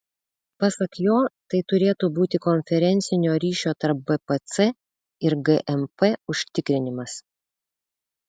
pasak jo tai turėtų būti konferencinio ryšio tarp bpc ir gmp užtikrinimas